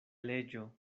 leĝo